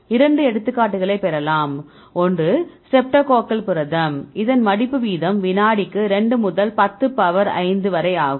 2 எடுத்துக்காட்டுகளைப் பெறலாம்ஒரு ஸ்ட்ரெப்டோகாக்கல் புரதம் இதன் மடிப்பு வீதம் வினாடிக்கு 2 முதல் 10 பவர் 5 வரை ஆகும்